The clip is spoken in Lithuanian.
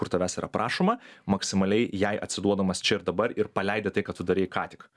kur tavęs yra prašoma maksimaliai jai atsiduodamas čia ir dabar ir paleidi tai ką tu darei ką tik